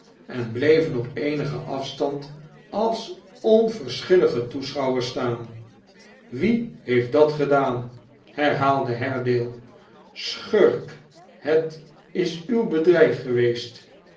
en bleven op eenigen afstand als onverschillige toeschouwers staan wie heeft dat gedaan herhaalde haredale schurk het is uw bedrijf geweest